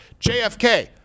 JFK